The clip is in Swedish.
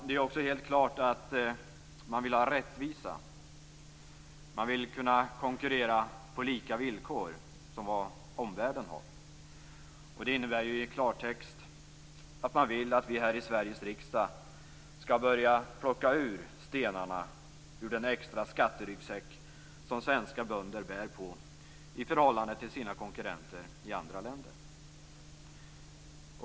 Det är också helt klart att man vill ha rättvisa. Man vill kunna konkurrera på lika villkor, på de villkor som omvärlden har. Det innebär i klartext att man vill att vi här i Sveriges riksdag skall börja plocka ut stenarna från den extra skatteryggsäck som svenska bönder bär på i förhållande till sina konkurrenter i andra länder.